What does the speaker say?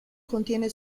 contiene